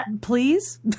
Please